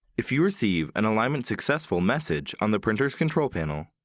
if you receive an alignment successful message on the printer's control panel,